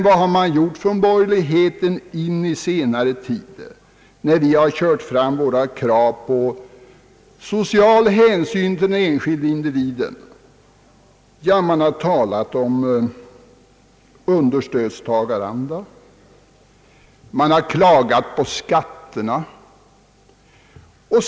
Vad har man gjort från borgerligheten när vi lagt fram våra krav på social hänsyn till den enskilde individen? Man har talat om understödstagaranda, och man har klagat på skatterna.